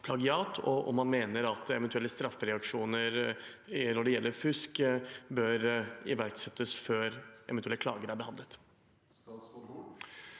og om han mener at eventuelle straffereaksjoner når det gjelder fusk, bør iverksettes før eventuelle klager er behandlet.